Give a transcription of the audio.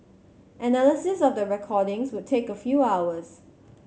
analysis of the recordings would take a few hours